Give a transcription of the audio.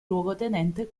luogotenente